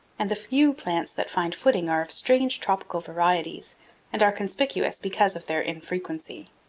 and the few plants that find footing are of strange tropical varieties and are conspicuous because of their infrequency.